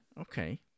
okay